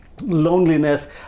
loneliness